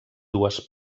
dues